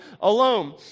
alone